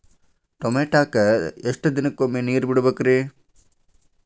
ಟಮೋಟಾಕ ಎಷ್ಟು ದಿನಕ್ಕೊಮ್ಮೆ ನೇರ ಬಿಡಬೇಕ್ರೇ?